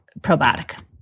probiotic